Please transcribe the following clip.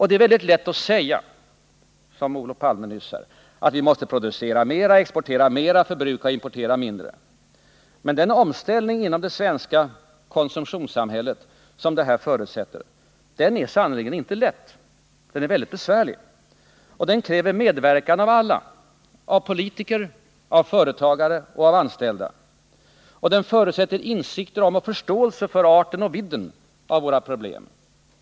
Det är mycket lätt att säga, som Olof Palme nyss gjorde här, att vi måste producera mera och exportera mera, men förbruka och importera mindre. Men den omställning av det svenska konsumtionssamhället som detta förutsätter är sannerligen inte lätt. Den är mycket besvärlig, och den kräver medverkan av alla — politiker, företagare och anställda. Den förutsätter insikter om och förståelse för arten och vidden av våra problem.